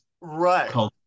Right